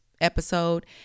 episode